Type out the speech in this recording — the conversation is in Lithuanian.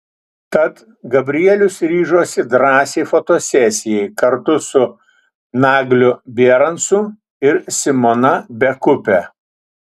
tad gabrielius ryžosi drąsiai fotosesijai kartu su nagliu bierancu ir simona bekupe